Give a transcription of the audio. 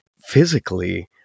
physically